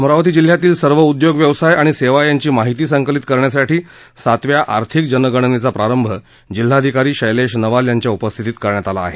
अमरावती जिल्ह्यातील सर्व उदयोग व्यवसाय आणि सेवा यांची माहिती संकलित करण्यासाठी सातव्या आर्थिक जनगणनेचा प्रारंभ जिल्हाधिकारी शैलेश नवाल यांच्या उपस्थितीत करण्यात आला आहे